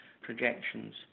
projections